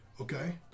Okay